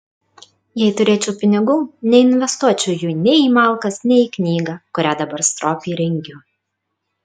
jei turėčiau pinigų neinvestuočiau jų nei į malkas nei į knygą kurią dabar stropiai rengiu